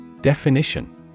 Definition